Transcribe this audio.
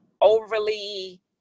overly